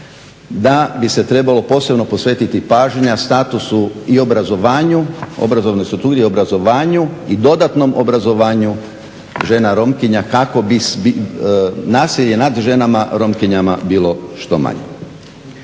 da bi se trebalo posebno posvetiti pažnja statusu i obrazovnoj strukturi i obrazovanju i dodatnom obrazovanju žena romkinja kako bi se nasilje nad ženama romkinjama bilo što manje.